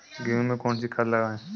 गेहूँ में कौनसी खाद लगाएँ?